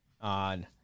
on